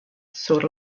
sur